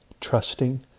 trusting